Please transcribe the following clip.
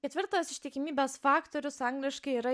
ketvirtas ištikimybės faktorius angliškai yra